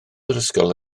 ysgol